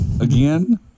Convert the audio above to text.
again